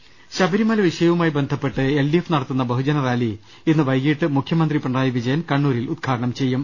് ശബരിമല വിഷയവുമായി ബന്ധപ്പെട്ട് എൽ ഡി എഫ് നടത്തുന്ന ബഹു ജനറാലി ഇന്ന് വൈകിട്ട് മുഖ്യമന്ത്രി പിണറായി വിജയൻ കണ്ണൂരിൽ ഉദ്ഘാടനം ചെയ്യും